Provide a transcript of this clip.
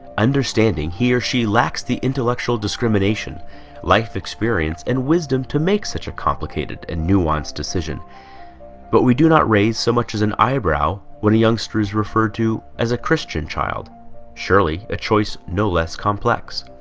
understanding he or she lacks the intellectual discrimination life experience and wisdom to make such a complicated and nuanced decision but we do not raise so much as an eyebrow when a youngster is referred to as a christian child surely a choice. no less complex